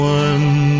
one